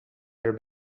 their